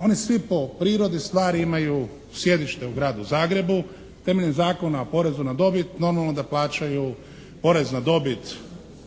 Oni svi po prirodi stvari imaju sjedište u Gradu Zagrebu. Temeljem Zakona o porezu na dobit normalno da plaćaju porez na dobit